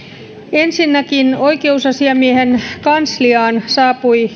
ensinnäkin oikeusasiamiehen kansliaan saapui